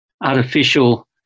artificial